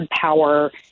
power